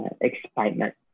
excitement